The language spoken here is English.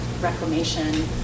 reclamation